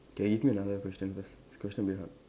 can give me another question first this question very hard